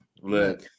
Look